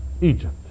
Egypt